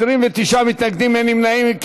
29 מתנגדים, אין נמנעים.